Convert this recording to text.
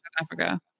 Africa